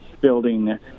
building